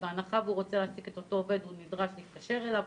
בהנחה שהוא רוצה להעסיק את אותו עובד הוא נדרש להתקשר אליו,